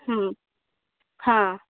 ହଁ